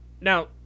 Now